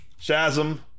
Shazam